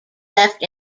left